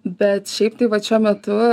bet šiaip tai vat šiuo metu